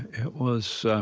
it was